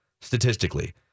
statistically